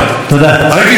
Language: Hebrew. (חברת הכנסת מיכל בירן יוצאת מאולם המליאה.) הייתי צריך ללכת לאו"ם,